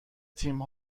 تیم